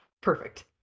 perfect